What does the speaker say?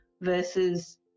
versus